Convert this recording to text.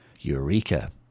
Eureka